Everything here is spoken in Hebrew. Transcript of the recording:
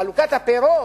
ובחלוקת הפירות,